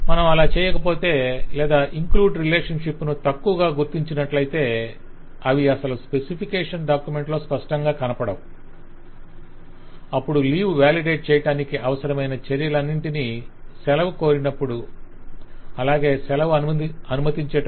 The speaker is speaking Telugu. మనం అలా చేయకపోతే లేదా ఇంక్లూడ్ రిలేషన్షిప్స్ ను తక్కువగా గుర్తించినట్లయితే అవి అసలు స్పెసిఫికేషన్ డాక్యుమెంట్ లో స్పష్టంగా కనపడవు - అప్పుడు లీవ్ వాలిడేట్ చేయటానికి అవసరమైన చర్యలన్నింటినీ సెలవు కోరినప్పుడు అలాగే సెలవు అనుమతించేటప్పుడు